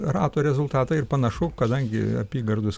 rato rezultatą ir panašu kadangi apygardos